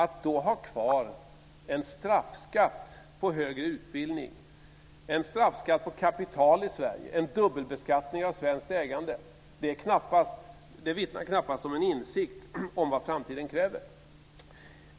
Att då ha kvar en straffskatt på högre utbildning, en straffskatt på kapital i Sverige och en dubbelbeskattning av svenskt ägande vittnar knappast om insikt om vad framtiden kräver.